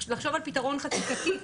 לחשוב על פיתרון חקיקתי.